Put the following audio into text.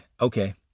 okay